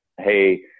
hey